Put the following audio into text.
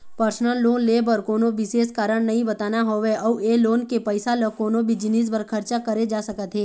personal loan ले बर कोनो बिसेस कारन नइ बताना होवय अउ ए लोन के पइसा ल कोनो भी जिनिस बर खरचा करे जा सकत हे